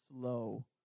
slow